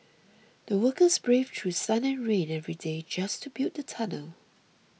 the workers braved through sun and rain every day just to build the tunnel